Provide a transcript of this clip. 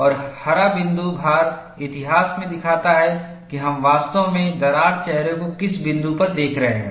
और हरा बिंदु भार इतिहास में दिखाता है कि हम वास्तव में दरार चेहरों को किस बिंदु पर देख रहे हैं